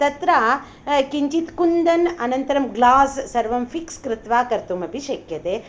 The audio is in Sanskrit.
तत्र किञ्चित् कुन्दन् अनन्तरं ग्लास् सर्वं फ़िक्स् कृत्वा कर्तुमपि शक्यते